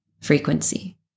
frequency